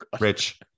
Rich